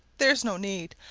there's no need.